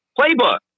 playbook